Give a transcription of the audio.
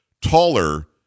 taller